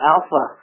Alpha